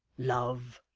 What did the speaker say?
love!